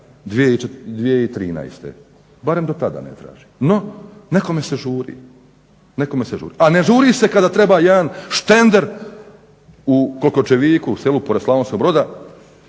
2013., barem do tada ne traži no nekome se žuri. A ne žuri se kada treba jedan štender u Klokočeviku, selu pored Slavonskog Broda